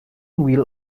wheel